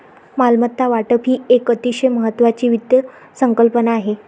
मालमत्ता वाटप ही एक अतिशय महत्वाची वित्त संकल्पना आहे